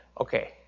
Okay